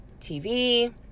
TV